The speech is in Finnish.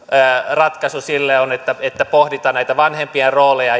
ratkaisu sille on että että pohditaan näitä vanhempien rooleja